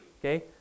Okay